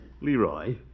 Leroy